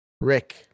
Rick